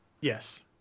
Yes